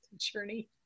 journey